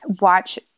watch